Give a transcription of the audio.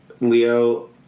Leo